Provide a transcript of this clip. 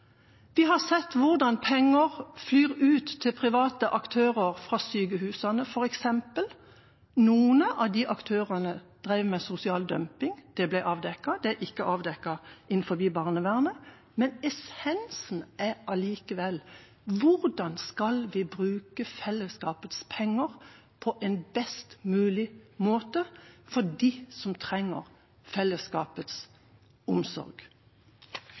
har sett hvordan penger flyr ut til private aktører fra sykehusene, f.eks. Noen av de aktørene drev med sosial dumping. Det ble avdekket. Det er ikke avdekket innenfor barnevernet, men essensen er allikevel: Hvordan skal vi bruke fellesskapets penger på en best mulig måte for dem som trenger fellesskapets omsorg?